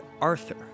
Arthur